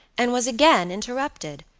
and was again interrupted.